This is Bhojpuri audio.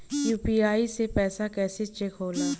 यू.पी.आई से पैसा कैसे चेक होला?